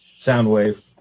Soundwave